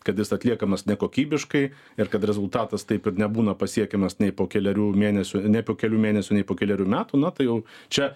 kad jis atliekamas nekokybiškai ir kad rezultatas taip ir nebūna pasiekiamas nei po kelerių mėnesių nei po kelių mėnesių nei po kelerių metų na tai jau čia